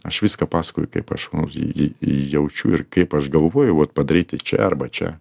aš viską pasakoju kaip aš jį jį jį jaučiu ir kaip aš galvoju vot padaryti čia arba čia